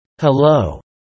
Hello